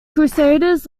crusaders